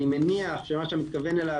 אי מניח שמה שאתה מתכוון אליו,